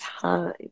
time